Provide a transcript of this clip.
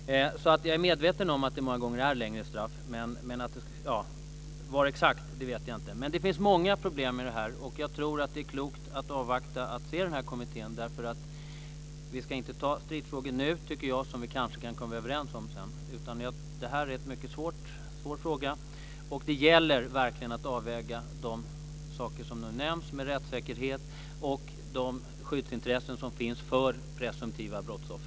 Jag är medveten om att det många gånger är längre straff. Men exakt hur mycket längre vet jag inte. Det finns många problem med det här. Jag tror att det är klokt att avvakta kommittén. Vi ska inte ta stridsfrågor nu, tycker jag, som vi kanske kan komma överens om sedan. Det här är en mycket svår fråga. Det gäller verkligen att avväga de saker som nu nämns, rättssäkerheten och de skyddsintressen som finns för presumtiva brottsoffer.